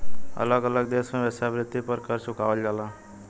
अलग अलग देश में वेश्यावृत्ति पर कर चुकावल जाला